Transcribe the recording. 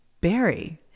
Barry